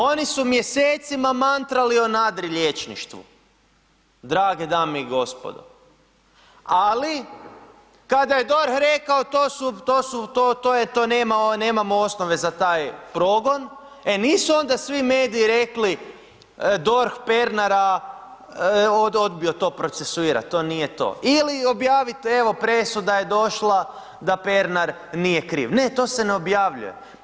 Oni su mjesecima mantrali o nadrilječništvu drage dame i gospodo, ali kada je DORH rekao to su, to je, to nemamo osnove za taj progon, e nisu onda svi mediji rekli DORH Pernara odbio to procesuirati, to nije to ili objavit evo, presuda je došla da Pernar nije kriv, ne, to se ne objavljuje.